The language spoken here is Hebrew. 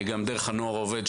וגם דרך הנוער העובד,